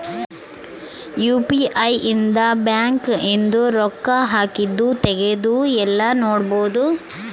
UPI ಇಂದ bank ಇಂದು ರೊಕ್ಕ ಹಾಕಿದ್ದು ತೆಗ್ದಿದ್ದು ಯೆಲ್ಲ ನೋಡ್ಬೊಡು